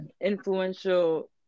influential